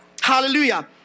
Hallelujah